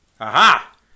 Aha